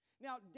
Now